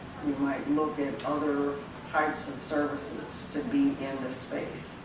you might look at other types of services to be in the space.